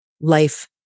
life